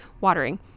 watering